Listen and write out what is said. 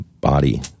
body